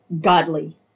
godly